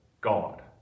God